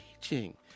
teaching